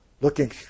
looking